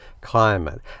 climate